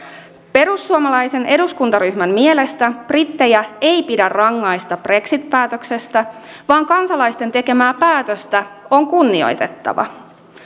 perussuomalaisen eduskuntaryhmän mielestä brittejä ei pidä rangaista brexit päätöksestä vaan kansalaisten tekemää päätöstä on kunnioitettava